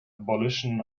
abolition